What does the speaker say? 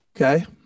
okay